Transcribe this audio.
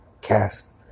cast